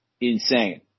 insane